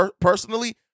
personally